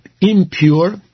impure